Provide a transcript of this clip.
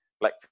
black